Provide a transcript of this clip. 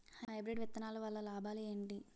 Hybrid విత్తనాలు వల్ల లాభాలు ఏంటి?